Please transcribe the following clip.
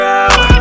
out